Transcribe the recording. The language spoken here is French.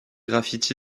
graffiti